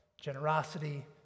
generosity